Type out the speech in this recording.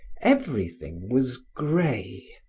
everything was gray,